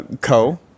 Co